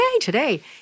today